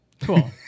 Cool